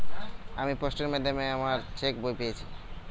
আমি পোস্টের মাধ্যমে আমার চেক বই পেয়েছি